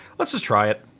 let's just try it.